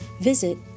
visit